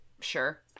Sure